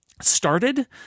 started